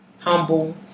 humble